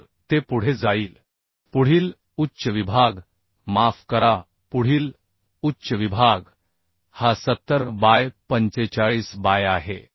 तर ते पुढे जाईल पुढील उच्च विभाग माफ करा पुढील उच्च विभाग हा 70 बाय 45 बाय आहे